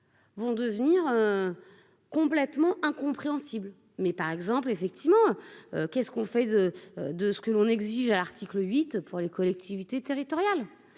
vont devenir complètement incompréhensible mais par exemple, effectivement, qu'est-ce qu'on fait de de ce que l'on exige à l'article 8 pour les collectivités territoriales,